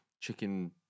chicken